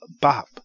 Bop